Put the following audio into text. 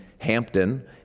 Hampton